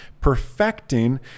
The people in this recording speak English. perfecting